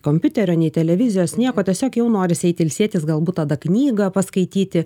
kompiuterio nei televizijos nieko tiesiog jau norisi eiti ilsėtis galbūt tada knygą paskaityti